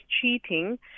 cheating